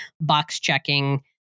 box-checking